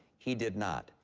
he did not.